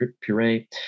puree